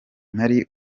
nari